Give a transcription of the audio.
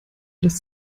lässt